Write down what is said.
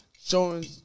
Showing